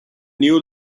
new